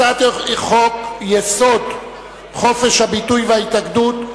הצעת חוק-יסוד: חופש הביטוי וההתאגדות,